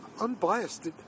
unbiased